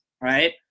right